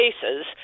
cases